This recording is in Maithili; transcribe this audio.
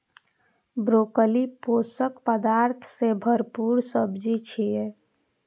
ब्रोकली पोषक पदार्थ सं भरपूर सब्जी छियै